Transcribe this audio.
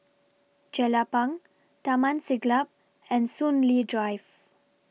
Jelapang Taman Siglap and Soon Lee Drive